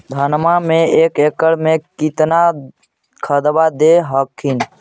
धनमा मे एक एकड़ मे कितना खदबा दे हखिन?